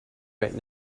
right